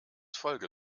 folge